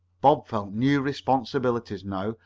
bob felt new responsibilities now,